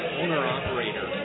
owner-operator